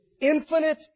infinite